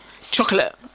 chocolate